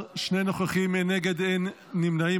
בעד, 17, שני נוכחים, אין נגד, אין נמנעים.